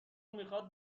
میخواد